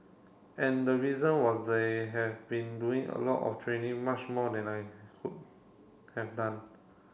and the reason was they have been doing a lot of training much more than I could have done